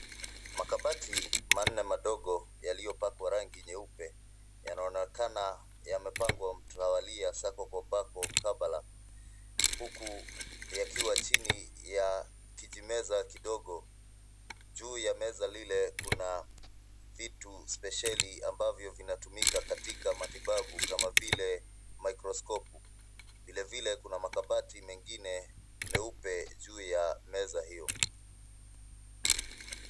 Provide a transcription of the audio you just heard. Makabati manne, madogo yaliyopakwa rangi nyeupe, yanaonekana yamepangwa mtawalia sako kwa bako, mkabala huku yakiwa chini ya kijimeza kidogo. Juu ya meza lile kuna vitu spesheli ambavyo vinatumika katika matibabu kama vile mikroskopu. Vilevile, kuna makabati mengine meupe juu ya meza hiyo.